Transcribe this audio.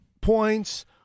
points